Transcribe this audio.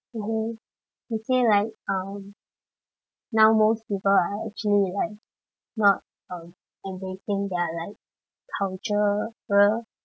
mmhmm okay right um now most people are actually like not um embracing their like cultural birth